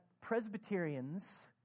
Presbyterians